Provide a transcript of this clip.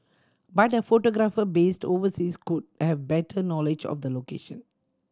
but a photographer based overseas could have better knowledge of the location